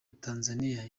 tanzaniya